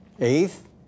Eighth